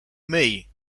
myj